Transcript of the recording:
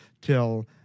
till